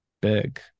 big